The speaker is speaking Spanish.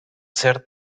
ser